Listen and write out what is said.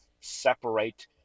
separate